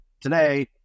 today